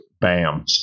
bam